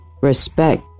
respect